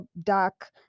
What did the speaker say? dark